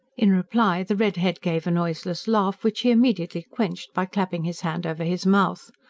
in reply the red-head gave a noiseless laugh, which he immediately quenched by clapping his hand over his mouth,